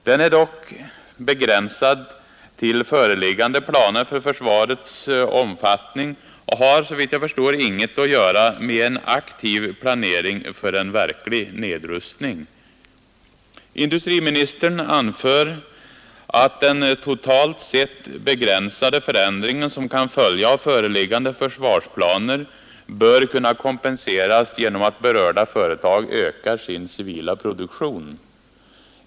Den är dock begränsad till föreliggande planer för försvarets omfattning och har inget att göra med en aktiv planering för en verklig nedrustning. Industriministern anför också att den totalt sett begränsade förändring som kan följa av föreliggande försvarsplaner bör kunna kompenseras genom att berörda företag ökar sin civila produktion.